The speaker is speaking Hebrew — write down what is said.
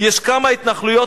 יש כמה התנחלויות,